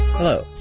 Hello